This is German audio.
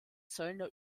zöllner